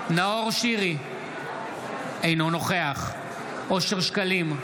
אינו נוכח אושר שקלים,